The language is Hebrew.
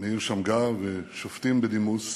מאיר שמגר ושופטים בדימוס,